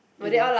in